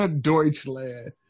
Deutschland